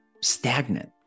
stagnant